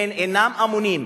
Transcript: אינם אמונים,